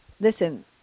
listen